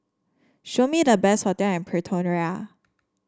show me the best hotel in Pretoria